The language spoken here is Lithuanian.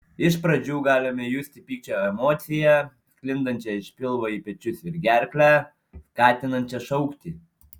iš pradžių galime justi pykčio emociją sklindančią iš pilvo į pečius ir gerklę skatinančią šaukti